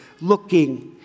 looking